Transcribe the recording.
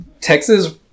Texas